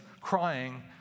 crying